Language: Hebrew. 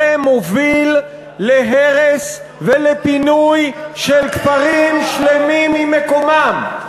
מוביל להרס ולפינוי של כפרים שלמים ממקומם.